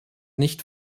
nicht